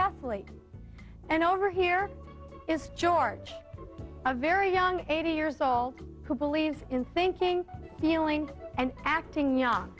triathlete and over here is george a very young eighty years old who believes in thinking feeling and acting young